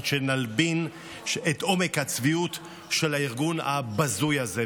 עד שנבין את עומק הצביעות של הארגון הבזוי הזה,